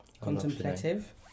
Contemplative